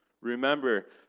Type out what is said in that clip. Remember